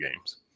games